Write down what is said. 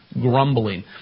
Grumbling